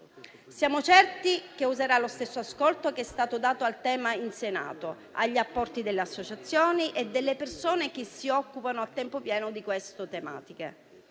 Siamo certi che il Governo userà lo stesso ascolto che è stato dato in Senato agli apporti delle associazioni e delle persone che si occupano a tempo pieno di queste tematiche.